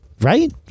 right